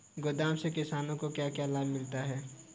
गोदाम से किसानों को क्या क्या लाभ मिलता है?